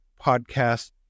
podcast